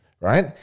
right